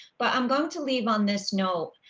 but i'm going to leave on this note.